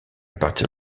partir